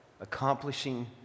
accomplishing